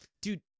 dude